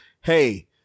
hey